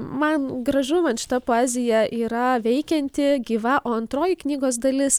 man gražu man šita poezija yra veikianti gyva o antroji knygos dalis